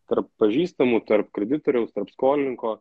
tarp pažįstamų tarp kreditoriaus tarp skolininko